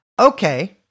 okay